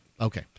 okay